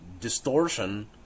distortion